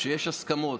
כשיש הסכמות.